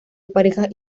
parejas